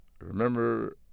remember